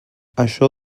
això